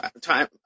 time